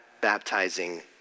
Baptizing